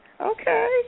Okay